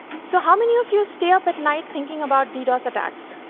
so how many of you stay up at night thinking about ddos attacks?